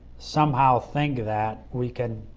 somehow think that we can